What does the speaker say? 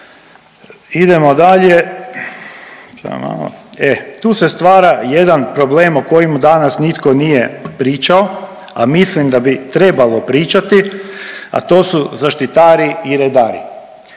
samo malo. E, tu se stvara jedan problem o kojemu danas nitko nije pričao, a mislim da bi trebalo pričati, a to su zaštitari i redari.